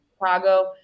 Chicago